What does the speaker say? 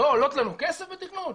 לא עולות לנו כסף בתכנון?